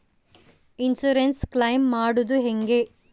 Insurance claim ಮಾಡದು ಹೆಂಗೆ?